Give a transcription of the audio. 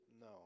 No